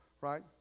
Right